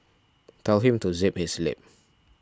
tell him to zip his lip